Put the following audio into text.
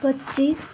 पच्चिस